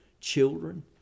children